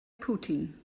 putin